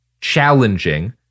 challenging